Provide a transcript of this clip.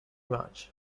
march